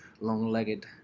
long-legged